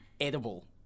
edible